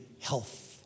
health